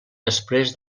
després